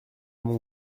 mon